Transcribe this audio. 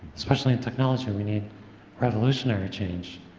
especially in technology, we need revolutionary change,